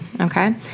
okay